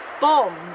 bomb